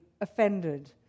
offended